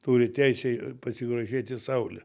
turi teisę pasigrožėti saule